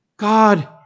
God